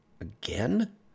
Again